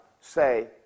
say